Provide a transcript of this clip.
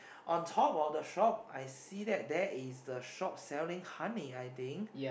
on top of the shop I see that there is the shop selling honey I think